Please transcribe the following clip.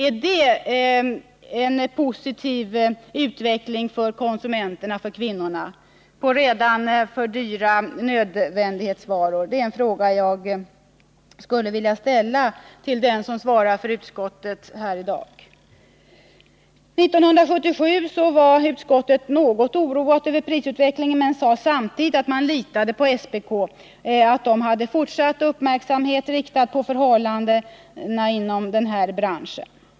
Är det en positiv utveckling för konsumenterna/kvinnorna på redan från början dyra nödvändighetsvaror? Det är en fråga jag skulle vilja ställa till den som svarar för utskottet här i dag. 1977 var utskottet något oroat över prisutvecklingen men sade samtidigt att man litade på att SPK hade fortsatt uppmärksamhet riktad på förhållandena inom branschen.